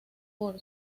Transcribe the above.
por